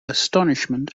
astonishment